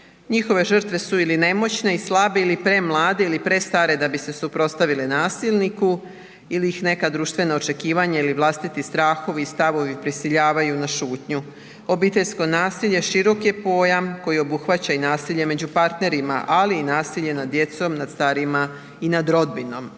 Njihove žrtve su ili nemoćne i slabe ili premlade ili prestare da bi se suprotstavile nasilniku ili ih neka društvena očekivanja ili vlastiti strahovi i stavovi prisiljavaju na šutnju. Obiteljsko nasilje širok je pojam koji obuhvaća i nasilje među partnerima, ali i nasilje nad djecom, nad starijima i nad rodbinom.